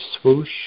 swoosh